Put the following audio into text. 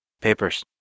Papers